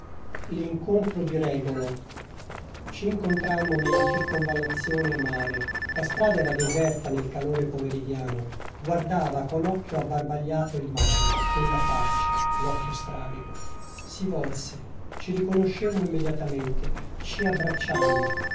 regolo ci incontrammo nella circonvallazione a mare la strada era deserta nel calore pomeridiano guardava con occhio abbarbagliato il mare quella faccia l'occhio strabico si volse ci riconoscemmo immediatamente ci abbracciammo